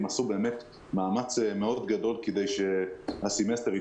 עשו באמת מאמץ מאוד גדול כדי שהסמסטר יימשך,